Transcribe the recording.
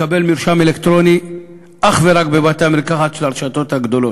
לקבל מרשם אלקטרוני אך ורק בבתי-המרקחת של הרשתות הגדולות.